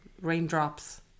raindrops